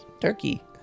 Turkey